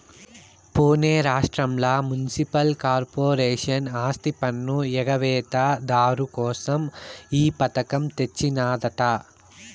పునే రాష్ట్రంల municipal corporation ఆస్తిపన్ను ఎగవేత దారు కోసం ఈ పథకం తెచ్చినాదట